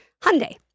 Hyundai